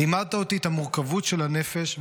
לימדת אותי את המורכבות של הנפש,